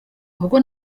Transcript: ubwo